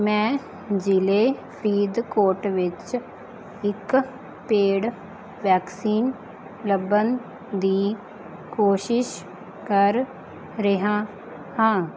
ਮੈਂ ਜ਼ਿਲ੍ਹੇ ਫਰੀਦਕੋਟ ਵਿੱਚ ਇੱਕ ਪੇਡ ਵੈਕਸੀਨ ਲੱਭਣ ਦੀ ਕੋਸ਼ਿਸ਼ ਕਰ ਰਿਹਾ ਹਾਂ